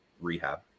rehab